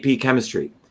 chemistry